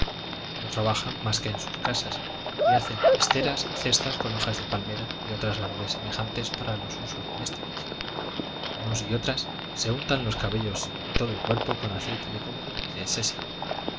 no trabajan mas que en sus casas y hacen esteras y cestas con hojas de palmera y otras labores semejantes para los usos domésticos unos y otras se untan los cabellos y todo el cuerpo con aceite de coco y de séseli